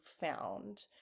found